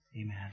Amen